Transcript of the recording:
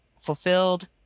fulfilled